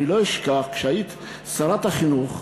כשהיית שרת החינוך,